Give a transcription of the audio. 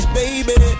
baby